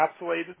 encapsulated